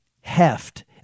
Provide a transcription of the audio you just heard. heft